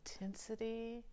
intensity